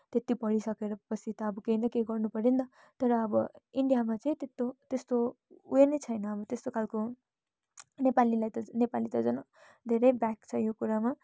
त्यत्ति पढिसकेर पछि त अब केही न केही गर्नुपऱ्यो नि त तर अब इन्डियामा चाहिँ त्यतो त्यस्तो उयो नै छैन अब त्यस्तो खालको नेपालीलाई त नेपाली त झन् धेरै ब्याक छ यो कुरामा